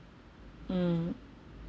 hmm